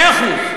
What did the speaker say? מאה אחוז.